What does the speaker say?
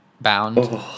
Bound